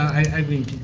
i mean,